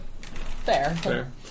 Fair